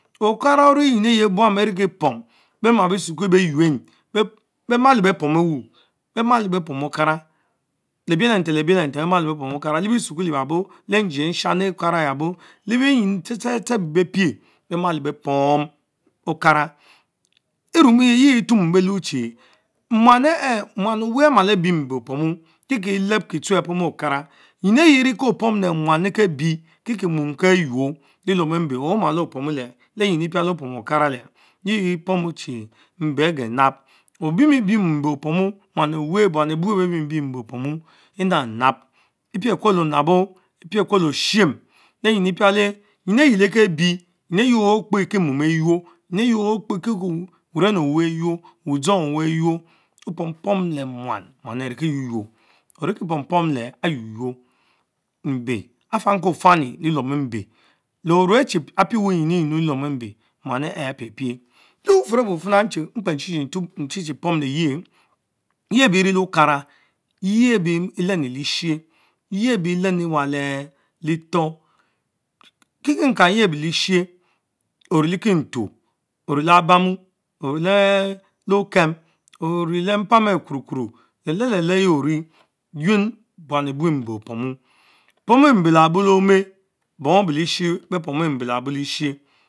Okara orie nyin eyeh buam berikie pom beh ma bisukuel beyuen, beh malo beh Pom entu, Okara le-biele-nten le-biele-nten beh malo beh Pom Okama lebasukuel ebiato. leh-njie eshani eyabo te Lebienyin tsetse tseh abie ben pieh beh malo beh Pom Okara, Erumu yiye etumu belu chi muan ehh ehh, muam Dich amalo ah biem mbe opomu, Kekre elet-kie tone ah pomo okara, mi ayie vie ko pom leh muam Lekebie mom, kequor leluom mbe, omalo opomu lehmym Okars lehtizie e epomu chi mbe els geh nato Obiemibies mbe opomy Ambian muan, puan ebue beh biem biem mbe opomu enabnab, epickuel le onabo, epieknel le oshime, nyin exie lekebie nyin eyie akpe ke mom ayush, aft nym exie okpe ke wuren oweh ayuoh, wudzong oweh ayouh opom pom le miran, anekie quoquo, Orikie pom pomleh ayno yuor, mbe afanng kwe fanni leuuom embe leruechie apieweh nyinumyinnuu leleom mbe muan ehh tha apie pie. lebufurr ehk You fina mkpe kie chiechie pom le ye, yeh able inilan Okara yea ben lenni lisher Yea bie lenni wah letor, ken kikenkah yeah be un Leshien, orile kentus, orière albamu ariele okem, oriele mpam ankh purupum, le leh-Le- leh ayie orie A yuen buan авие тье opomu, pomu mbe Cabo leome, bom ebeh leshien beh pomu mbe labo Lishier.